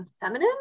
feminine